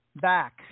back